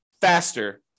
faster